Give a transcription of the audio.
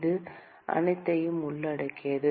இது அனைத்தையும் உள்ளடக்கியது